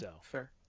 Fair